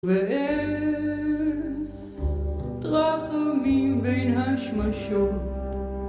ואיך תרחמים בין השמשות